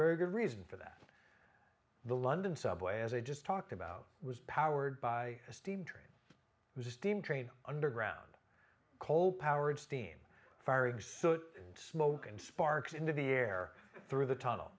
very good reason for that the london subway as i just talked about was powered by a steam train it was a steam train underground coal powered steam farag so smoke and sparks into the air through the tunnel